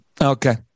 Okay